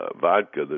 vodka